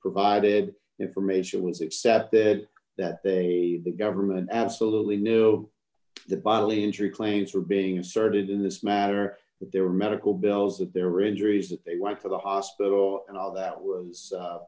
provided information was accepted that they the government absolutely know the bodily injury claims were being asserted in this matter that there were medical bills that there were injuries that they went to the hospital and all that was